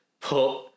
put